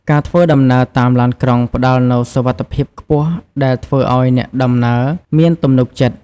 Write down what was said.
ការធ្វើដំណើរតាមឡានក្រុងផ្តល់នូវសុវត្ថិភាពខ្ពស់ដែលធ្វើឱ្យអ្នកដំណើរមានទំនុកចិត្ត។